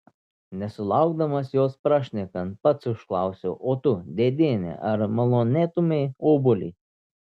nesulaukdamas jos prašnekant pats užklausiau o tu dėdiene ar malonėtumei obuolį